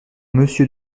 monsieur